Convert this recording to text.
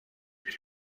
bir